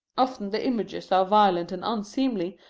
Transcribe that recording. often the images are violent and unseemly,